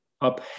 up